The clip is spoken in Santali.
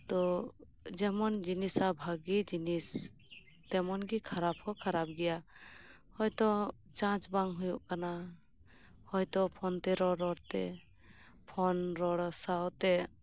ᱛᱚ ᱡᱮᱢᱚᱱ ᱡᱤᱱᱤᱥᱟᱜ ᱵᱷᱟᱜᱮᱹ ᱡᱤᱱᱤᱥ ᱛᱮᱢᱚᱱ ᱜᱮ ᱠᱷᱟᱨᱟᱯ ᱦᱚᱸ ᱠᱷᱟᱨᱟᱯ ᱜᱮᱭᱟ ᱦᱚᱭ ᱛᱚ ᱪᱟᱸᱡᱽ ᱵᱟᱝ ᱦᱳᱭᱳᱜ ᱠᱟᱱᱟ ᱦᱚᱭ ᱛᱚ ᱯᱷᱳᱱ ᱛᱮ ᱨᱚᱲ ᱨᱚᱲᱛᱮ ᱯᱷᱳᱱ ᱨᱚᱲ ᱥᱟᱶᱛᱮ